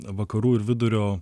vakarų ir vidurio